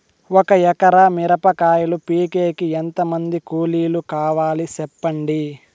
ఒక ఎకరా మిరప కాయలు పీకేకి ఎంత మంది కూలీలు కావాలి? సెప్పండి?